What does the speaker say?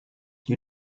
you